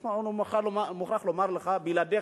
אני מוכרח לומר לך שבלעדיך,